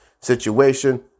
situation